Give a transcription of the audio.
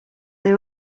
they